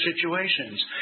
situations